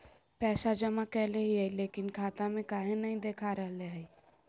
पैसा जमा कैले हिअई, लेकिन खाता में काहे नई देखा रहले हई?